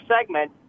segment